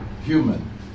human